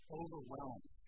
overwhelmed